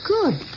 Good